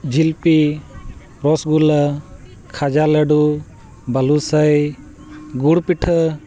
ᱡᱷᱤᱞᱯᱤ ᱨᱚᱥᱚᱜᱳᱞᱞᱟᱹ ᱠᱷᱟᱡᱟ ᱞᱟᱹᱰᱩ ᱵᱟᱹᱞᱩ ᱥᱟᱹᱭ ᱜᱩᱲ ᱯᱤᱴᱷᱟᱹ